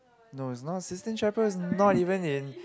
no is not Sistine-Chapel is not even in